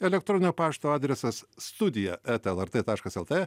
elektroninio pašto adresas studija eta lrt taškas lt